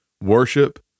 worship